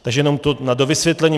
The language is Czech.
Takže jenom to na dovysvětlení.